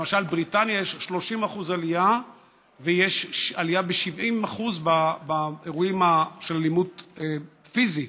למשל בבריטניה יש 30% עלייה ויש עלייה של 70% באירועים של אלימות פיזית,